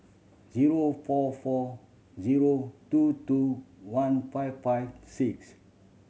zero four four zero two two one five five six